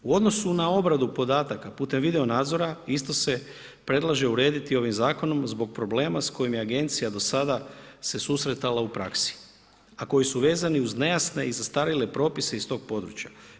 U odnosu na obradu podataka putem video nadzora, isto se predlaže urediti ovim zakonom, zbog problema s kojim je agencija do sada se susretala u praksi, a koji su vezani uz nejasne i zastarjele propise iz tog područja.